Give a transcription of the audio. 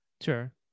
sure